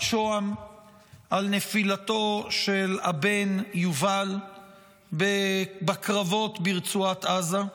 שהם על נפילתו של הבן יובל בקרבות ברצועת עזה.